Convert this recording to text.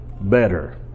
better